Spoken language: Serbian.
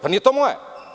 Pa nije to moje.